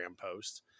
post